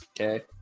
Okay